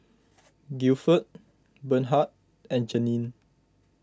Guilford Bernhard and Janene